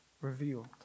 revealed